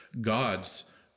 God's